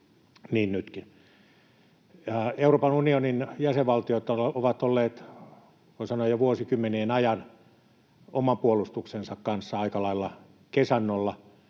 niin nytkin. Euroopan unionin jäsenvaltiot ovat olleet, voi sanoa, jo vuosikymmenien ajan oman puolustuksensa kanssa aika lailla kesannolla.